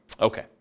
Okay